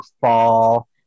fall